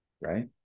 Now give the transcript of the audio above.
right